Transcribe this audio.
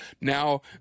now